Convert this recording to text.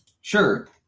Sure